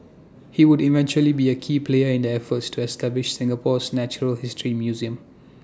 he would eventually be A key player in the efforts to establish Singapore's natural history museum